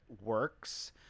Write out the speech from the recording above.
works